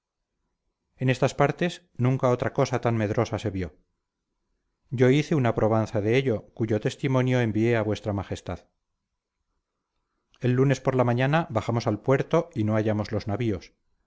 en estas partes nunca otra cosa tan medrosa se vio yo hice una probanza de ello cuyo testimonio envié a vuestra majestad el lunes por la mañana bajamos al puerto y no hallamos los navíos